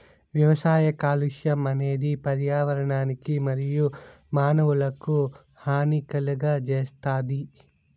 వ్యవసాయ కాలుష్యం అనేది పర్యావరణానికి మరియు మానవులకు హాని కలుగజేస్తాది